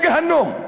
לגיהינום,